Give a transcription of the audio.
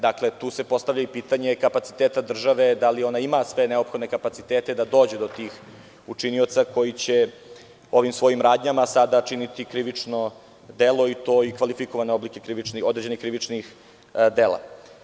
Dakle, tu se postavlja i pitanje kapaciteta države, da li ona ima sve neophodne kapacitete da dođe do tih učinioca koji će ovim svojim radnjama sada činiti krivično delo i kvalifikovane oblike određenih krivičnih dela.